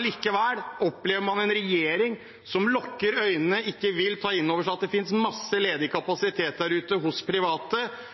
Likevel opplever man en regjering som lukker øynene, ikke vil ta inn over seg at det finnes masse ledig kapasitet der ute hos private,